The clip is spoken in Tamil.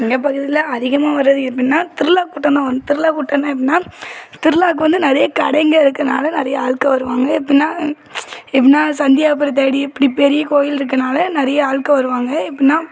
எங்கள் பகுதியில அதிகமாக வர்றது எப்படின்னா திருவிழா கூட்டம் தான் வரு திருவிழா கூட்டன்னா எப்பிடின்னா திருவிழாவுக்கு வந்து நிறைய கடைங்க இருக்கனால நிறைய ஆள்க வருவாங்க எப்பிடின்னா எப்பிடின்னா சந்தியாகப்பரை தேடி இப்படி பெரிய கோவில் இருக்கனால நிறைய ஆள்கள் வருவாங்க எப்பிடின்னா